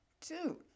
Two